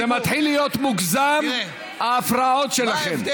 זה מתחיל להיות מוגזם, ההפרעות שלכם.